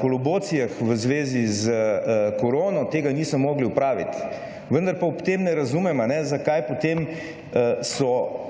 kolobocijah v zvezi s korono tega niso mogli opraviti. Vendar pa ob tem ne razumem zakaj potem so